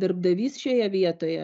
darbdavys šioje vietoje